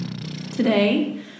Today